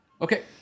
Okay